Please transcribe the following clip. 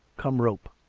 come rope!